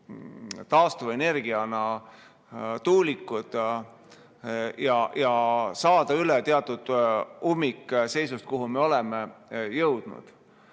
taastuvenergiana tuulikud ja saada üle teatud ummikseisust, kuhu me oleme jõudnud.